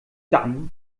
dann